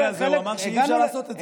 במקרה הזה הוא אמר שאי-אפשר לעשות את זה.